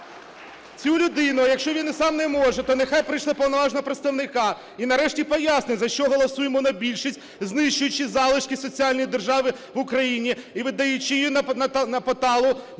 цю людину. Якщо він сам не може, то нехай пришле повноважного представника і нарешті пояснить, за що голосує монобільшість, знищуючи залишки соціальної держави в Україні і віддаючи її на поталу